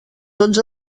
tots